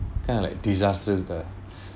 kind of like disasters ah